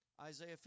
Isaiah